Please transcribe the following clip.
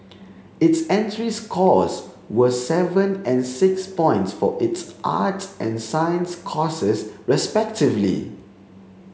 its entry scores were seven and six points for its arts and science courses respectively